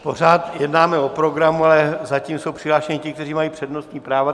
Pořád jednáme o programu, ale zatím jsou přihlášeni ti, kteří mají přednostní práva.